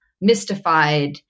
mystified